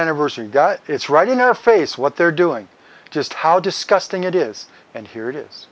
anniversary it's right in our face what they're doing just how disgusting it is and here it is